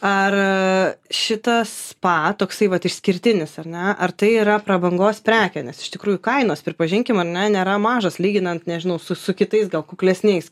ar šitas spa toksai vat išskirtinis ar ne ar tai yra prabangos prekė nes iš tikrųjų kainos pripažinkimar ne nėra mažos lyginant nežinau su kitais gal kuklesniais